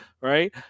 right